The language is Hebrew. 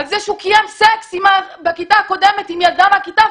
על זה שהוא קיים סקס בכיתה הקודמת עם ילדה מהכיתה,